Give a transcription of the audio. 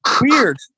weird